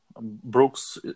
Brooks